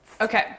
Okay